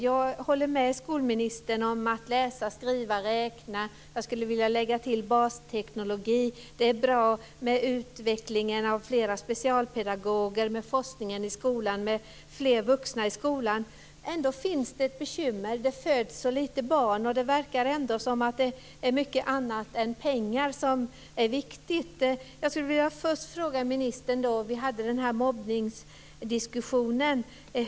Jag håller med skolministern om det här med att läsa, skriva och räkna. Jag skulle vilja lägga till basteknologi. Det är bra med utvecklingen av flera specialpedagoger, med forskningen i skolan och med fler vuxna i skolan. Ändå finns det ett bekymmer. Det föds så lite barn. Och det verkar ändå som att det är mycket annat än pengar som är viktigt. Jag skulle först vilja fråga ministern en sak med anledning av att vi hade den här mobbningsdiskussionen.